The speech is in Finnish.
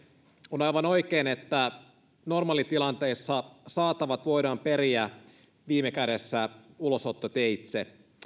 on aivan oikein että normaalitilanteessa saatavat voidaan periä viime kädessä ulosottoteitse